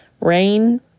rain